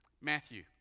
Matthew